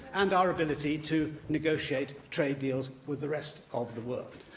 and our ability to negotiate trade deals with the rest of the world.